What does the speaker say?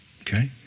Okay